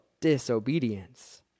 disobedience